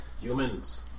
humans